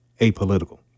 apolitical